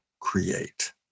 create